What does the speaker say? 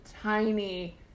tiny